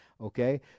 Okay